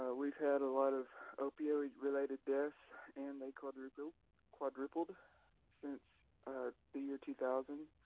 ah we've had a lot of opioid related deaths and they quadrupled quadrupled since the year two thousand.